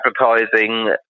advertising